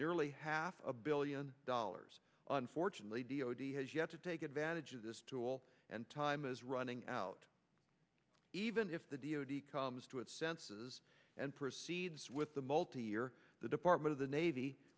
nearly half a billion dollars unfortunately d o d has yet to take advantage of this tool and time is running out even if the d o d comes to its senses and proceeds with the multi year the department of the navy